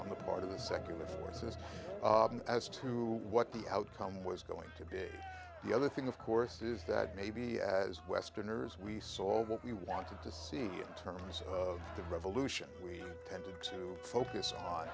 on the part of the secular forces as to what the outcome was going to be the other thing of course is that maybe as westerners we saw what we wanted to see and terms of the revolution we tended to focus on